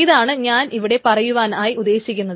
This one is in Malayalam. ഇതാണ് ഞാൻ അവിടെ പറയുവാനായി ഉദ്ദേശിക്കുന്നത്